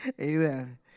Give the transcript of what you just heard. Amen